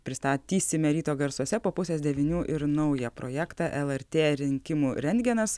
pristatysime ryto garsuose po pusės devynių ir naują projektą lrt rinkimų rentgenas